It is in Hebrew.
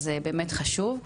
אז זה באמת חשוב,